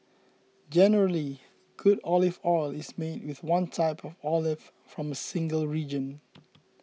generally good olive oil is made with one type of olive from a single region